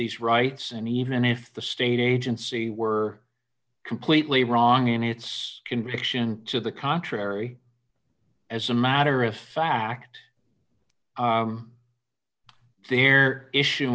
these rights and even if the state agency were completely wrong in its conviction to the contrary as a matter of fact there issu